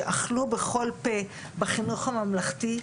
שאכלו בכל פה בחינוך הממלכתי.